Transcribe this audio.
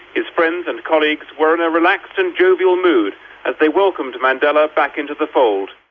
his friends and colleagues were in a relaxed and jovial mood as they welcomed mandela back into the fold.